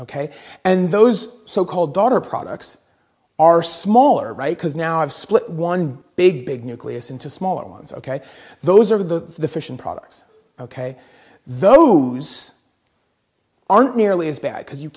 ok and those so called daughter products are smaller right because now i've split one big big nucleus into smaller ones ok those are the fission products ok those aren't nearly as bad because you